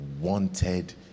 wanted